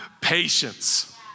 patience